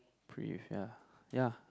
Prive ya ya